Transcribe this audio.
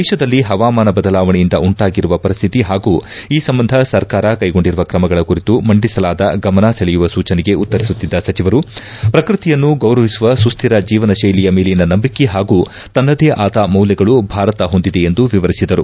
ದೇಶದಲ್ಲಿ ಹವಾಮಾನ ಬದಲಾವಣೆಯಿಂದ ಉಂಟಾಗಿರುವ ಪರಿಸ್ಥಿತಿ ಹಾಗೂ ಈ ಸಂಬಂಧ ಸರ್ಕಾರ ಕೈಗೊಂಡಿರುವ ಕ್ರಮಗಳ ಕುರಿತು ಮಂಡಿಸಲಾದ ಗಮನ ಸೆಳೆಯುವ ಸೂಚನೆಗೆ ಉತ್ತರಿಸುತ್ತಿದ್ದ ಸಚವರು ಪ್ರಕೃತಿಯನ್ನು ಗೌರವಿಸುವ ಸುಸ್ಕಿರ ಜೀವನ ಶೈಲಿಯ ಮೇಲಿನ ನಂಬಿಕೆ ಹಾಗೂ ತನ್ನದೆ ಆದ ಮೌಲ್ಯಗಳು ಭಾರತ ಹೊಂದಿದೆ ಎಂದು ವಿವರಿಸಿದರು